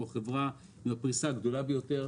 אנחנו החברה עם הפריסה הגדולה ביותר.